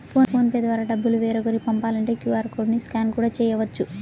phone pay ద్వారా డబ్బులు వేరొకరికి పంపాలంటే క్యూ.ఆర్ కోడ్ ని స్కాన్ కూడా చేయవచ్చు